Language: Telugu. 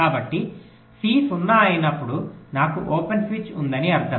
కాబట్టి సి 0 అయినప్పుడు నాకు ఓపెన్ స్విచ్ ఉందని అర్థం